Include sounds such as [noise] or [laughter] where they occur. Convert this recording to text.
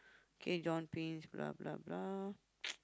okay John pins blah blah blah [noise]